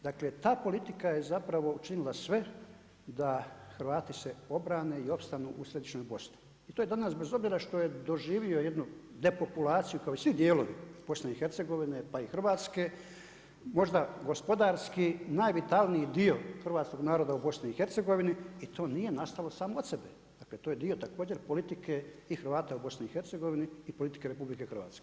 Dakle ta politika je zapravo učinila sve da Hrvati se obrane i opstanu u središnjoj Bosni i to je danas bez obzira što je doživio jednu depopulaciju kao i svi dijelovi BiH-a pa i Hrvatske, možda gospodarski najvitalniji dio hrvatskog naroda u BiH-u i to nije nastalo samo od sebe, to je dio također politike i Hrvata u BiH-u i politike RH.